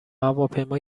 هواپیما